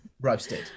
Roasted